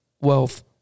wealth